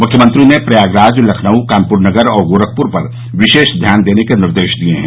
मुख्यमंत्री ने प्रयागराज लखनऊ कानपुर नगर और गोरखपुर पर विशेष ध्यान देने के निर्देश दिये हैं